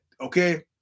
okay